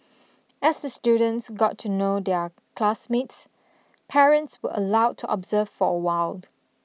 as the students got to know their classmates parents were allowed to observe for a while